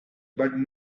but